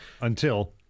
until-